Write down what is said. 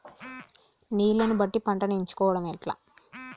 నీళ్లని బట్టి పంటను ఎంచుకోవడం ఎట్లా?